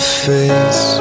face